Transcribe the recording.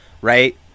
right